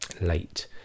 late